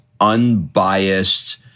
unbiased